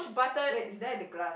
wait is there the glass